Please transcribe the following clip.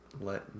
let